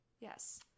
Yes